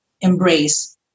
embrace